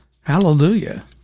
Hallelujah